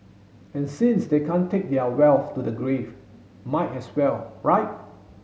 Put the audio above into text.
and since they can't take their wealth to the grave might as well right